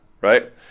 right